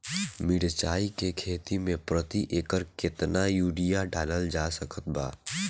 मिरचाई के खेती मे प्रति एकड़ केतना यूरिया डालल जा सकत बा?